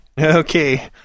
Okay